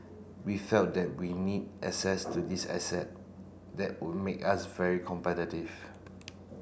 we felt that we need access to these asset that would make us very competitive